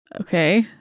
okay